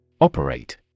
Operate